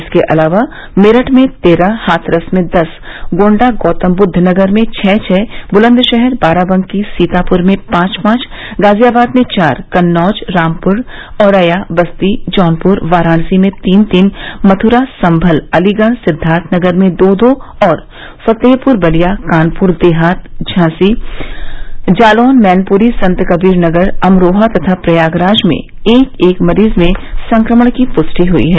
इसके अलावा मेरठ में तेरह हाथरस में दस गोण्डा गौतमबुद्व नगर में छः छः बुलन्दशहर बाराबंकी सीतापुर में पांच पांच गाजियाबाद में चार कन्नौज रामपुर औरैया बस्ती जौनपुर वाराणसी में तीन तीन मथुरा संभल अलीगढ़ सिद्वार्थनगर में दो दो और फतेहपुर बलिया कानपुर देहात झांसी जालौन मैनपुरी संतकबीर नगर अमरोहा तथा प्रयागराज में एक एक मरीज में संक्रमण की पुष्टि हुई है